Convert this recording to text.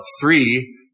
three